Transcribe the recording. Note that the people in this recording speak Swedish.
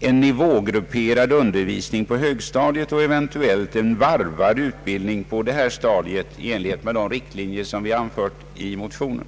en nivågrupperad undervisning på högstadiet och eventuellt en varvad utbildning på samma stadium, allt i enlighet med de riktlinjer som angetts i motionen.